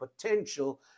potential